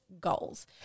goals